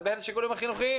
לבין שיקולים החינוכיים.